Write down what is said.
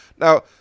now